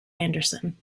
anderson